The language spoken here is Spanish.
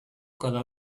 cada